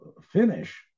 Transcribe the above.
finish